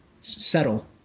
settle